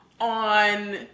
on